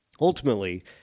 ultimately